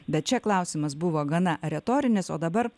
bet čia klausimas buvo gana retorinis o dabar